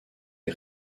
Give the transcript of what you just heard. est